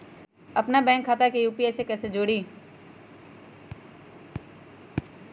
अपना बैंक खाता के यू.पी.आई से कईसे जोड़ी?